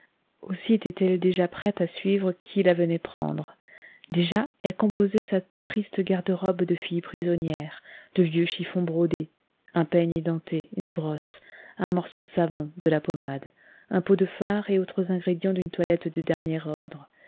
aussi était-elle déjà prête à suivre qui la venait prendre déjà elle composait sa triste garde-robe de fille prisonnière de vieux chiffons brodés un peigne édenté une brosse un morceau de savon de la pommade un pot de fard et autres ingrédients d'une toilette de dernier ordre